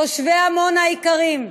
תושבי עמונה היקרים,